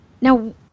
Now